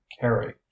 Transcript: carry